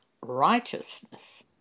righteousness